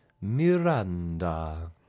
Miranda